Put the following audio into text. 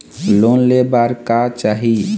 Loan ले बार का चाही?